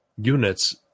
units